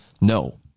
No